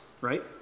right